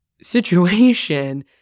situation